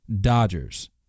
Dodgers